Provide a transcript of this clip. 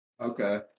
Okay